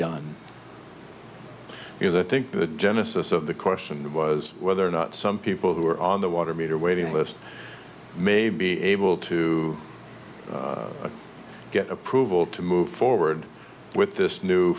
done because i think the genesis of the question was whether or not some people who are on the water meter waiting list may be able to get approval to move forward with this new